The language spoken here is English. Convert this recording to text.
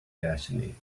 destiny